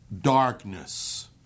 darkness